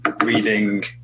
reading